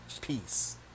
peace